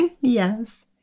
Yes